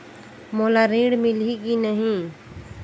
मोला ऋण मिलही की नहीं?